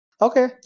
Okay